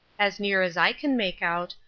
as near as i can make out,